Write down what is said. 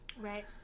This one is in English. Right